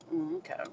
Okay